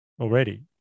already